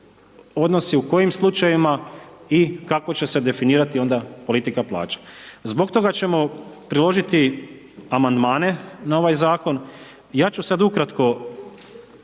odnosi u kojim slučajevima i kako će se definirati onda politika plaće. Zbog toga ćemo priložiti amandmane na ovaj zakon i ja ću sad ukratko